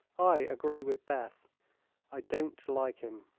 i agree with beth i don't like him.